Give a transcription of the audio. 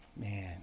man